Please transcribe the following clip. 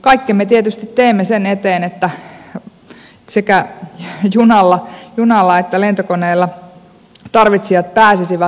kaikkemme tietysti teemme sen eteen että tarvitsijat pääsisivät sekä junalla että lentokoneella